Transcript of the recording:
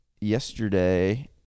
yesterday